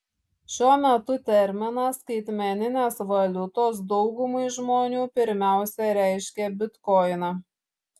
šiuo metu terminas skaitmeninės valiutos daugumai žmonių pirmiausia reiškia bitkoiną